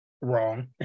Wrong